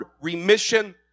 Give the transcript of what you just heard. remission